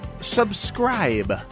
subscribe